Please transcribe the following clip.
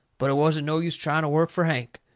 but it wasn't no use trying to work fur hank.